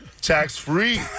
tax-free